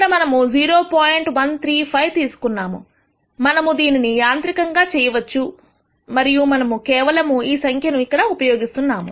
135 తీసుకున్నాము మనము దీనిని యాంత్రికంగా చేయవచ్చు మరియు మనము కేవలము ఈ సంఖ్యను ఇక్కడ ఉపయోగిస్తున్నాము